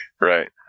Right